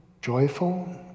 joyful